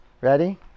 Ready